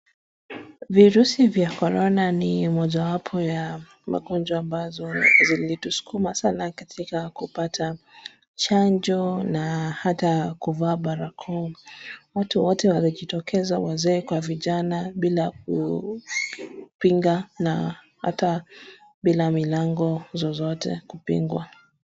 Virusi vya korona ni moja wapo ya magonjwa ambazo zilituskuma sana katika kupata chanjo na hata kuvaa barakoa. Watu wote walijitokeza wazee kwa vijana bila kupinga na ata bila milango zozote kupingwa.